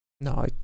no